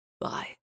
Bye